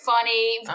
funny